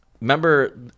Remember